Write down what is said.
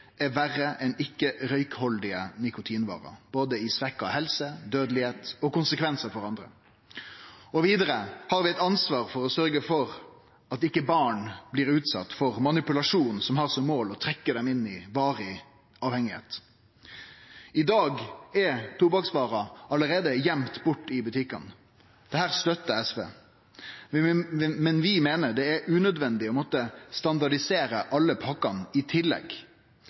er verre enn ikkje-røykhaldige nikotinvarer når det gjeld både svekt helse, dødelegheit og konsekvensar for andre. Vidare har vi ansvar for å sørgje for at barn ikkje blir utsette for manipulasjon som har som mål å trekkje dei inn i varig avhengnad. Allereie i dag er tobakksvarer gøymde bort i butikkane. Dette støttar SV, men vi meiner det er unødvendig i tillegg å måtte standardisere alle pakkane,